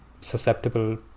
susceptible